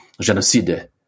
genocide